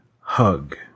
hug